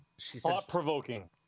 Thought-provoking